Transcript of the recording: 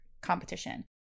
competition